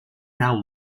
now